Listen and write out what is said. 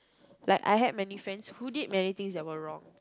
like I had many friends who did many things that were wrong